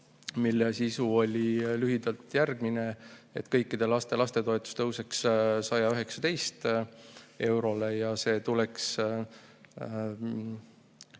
mille sisu oli lühidalt järgmine: kõikide laste lapsetoetus tõuseks 119 eurole ja see tuleks